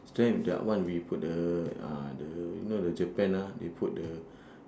is that that one we put the uh the you know the japan ah they put the